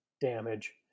damage